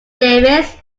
davis